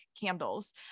candles